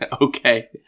Okay